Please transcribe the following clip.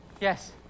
Yes